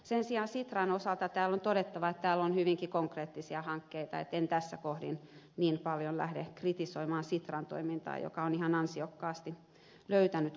sen sijaan sitran osalta täällä on todettava että täällä on hyvinkin konkreettisia hankkeita niin että en tässä kohden niin paljon lähde kritisoimaan sitran toimintaa joka on ihan ansiokkaasti löytänyt konkreettisia kohteita